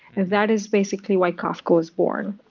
that is basically why kafka was born.